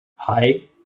hei